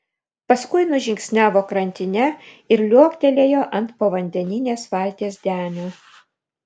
paskui nužingsniavo krantine ir liuoktelėjo ant povandeninės valties denio